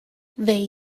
they